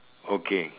okay